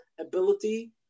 ability